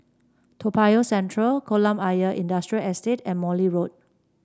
Toa Payoh Central Kolam Ayer Industrial Estate and Morley Road